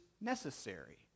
necessary